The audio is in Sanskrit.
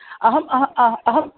अहम् अह अह अहम्